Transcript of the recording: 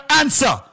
answer